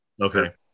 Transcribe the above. okay